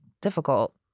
difficult